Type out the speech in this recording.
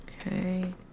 Okay